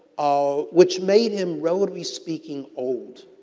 ah which made him, relatively speaking, old.